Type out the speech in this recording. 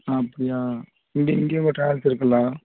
ஆ அப்படியா இங்கே இங்கேயும் ஒரு ட்ராவல்ஸ் இருக்குதுங்களா